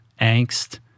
angst